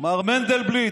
מר מנדלבליט,